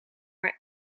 maar